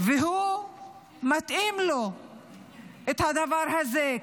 מתאים לו הדבר הזה,